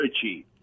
achieve